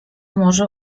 może